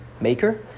maker